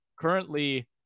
currently